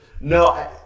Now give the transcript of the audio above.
No